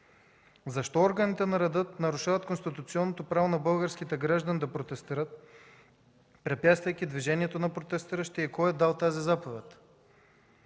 Защо органите на реда нарушават конституционното право на българските граждани да протестират, препятствайки движението на протестиращите, и кой е дал заповедта?